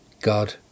God